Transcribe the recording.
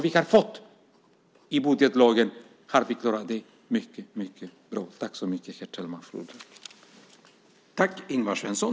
Vi har klarat det mycket bra inom de budgetramar som vi har fått i budgetlagen.